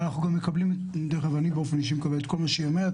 אני באופן אישי מקבל את כל מה שהיא אומרת.